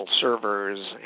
servers